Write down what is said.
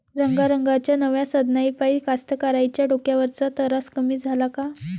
रंगारंगाच्या नव्या साधनाइपाई कास्तकाराइच्या डोक्यावरचा तरास कमी झाला का?